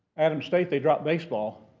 adams state they dropped baseball.